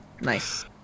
Nice